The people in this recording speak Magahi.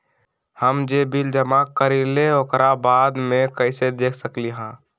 हम जे बिल जमा करईले ओकरा बाद में कैसे देख सकलि ह?